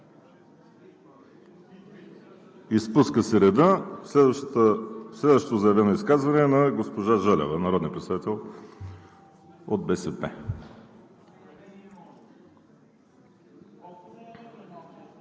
Изпуска си реда. Следващото заявено изказване е на госпожа Желева – народен представител от БСП.